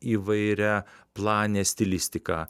įvairiaplanė stilistiką